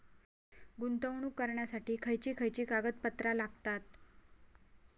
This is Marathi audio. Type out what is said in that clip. गुंतवणूक करण्यासाठी खयची खयची कागदपत्रा लागतात?